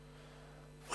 לו.